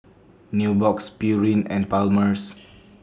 Nubox Pureen and Palmer's